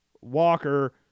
Walker